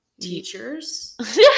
teachers